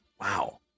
Wow